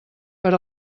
per